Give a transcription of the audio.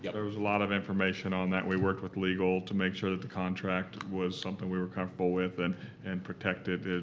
yeah there as a lot of information on that. we worked with legal to make sure that the contract was something we were comfortable with and and protected. and